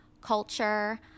culture